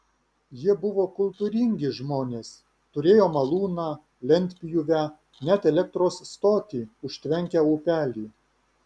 jie buvo kultūringi žmonės turėjo malūną lentpjūvę net elektros stotį užtvenkę upelį